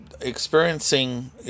experiencing